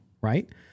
right